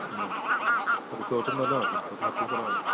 ആ റിസോർട്ട് നല്ലതാണ് റിസോർട്ടിന് പറ്റിയ സ്ഥലമാണ്